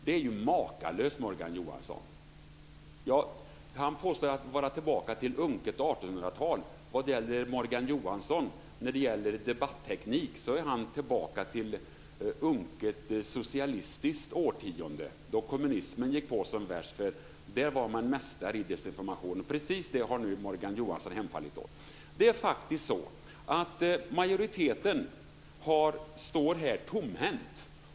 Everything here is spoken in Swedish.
Det är makalöst, Morgan Johansson. Morgan Johansson talar om att vara tillbaka i unket 1800-tal. När det gäller debatteknik är Morgan Johansson tillbaka i ett unket socialistiskt årtionde då kommunismen gick på som värst. Då var man mästare i desinformation. Precis det har Morgan Det är faktiskt så att majoriteten står tomhänt.